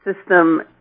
system